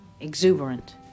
exuberant